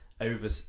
over